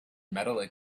metal